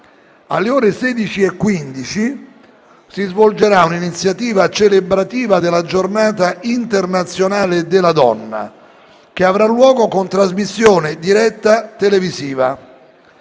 Alle ore 16,15 si svolgerà un'iniziativa celebrativa della Giornata internazionale della donna, che avrà luogo con trasmissione diretta televisiva.